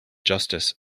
justice